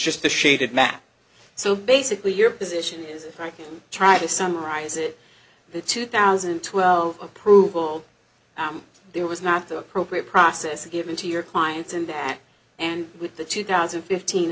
just a shaded map so basically your position is right try to summarize it the two thousand and twelve approval there was not the appropriate process given to your clients and that and with the two thousand and fifteen